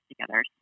together